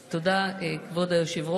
תודה, כבוד היושב-ראש.